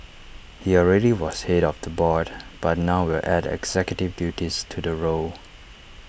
he already was Head of the board but now will add executive duties to the role